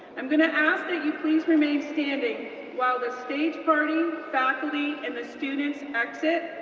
i'm gonna ask that you please remain standing while the stage party, faculty, and the students exit.